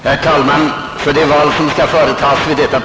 Herr talman! För detta val ber jag att få avlämna en gemensam lista.